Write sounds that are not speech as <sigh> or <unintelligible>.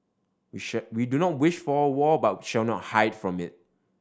we <unintelligible> we do not wish for a war but shall not hide from it